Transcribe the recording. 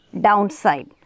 downside